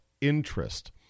interest